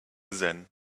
then